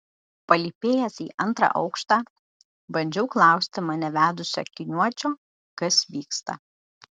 palypėjęs į antrą aukštą bandžiau klausti mane vedusio akiniuočio kas vyksta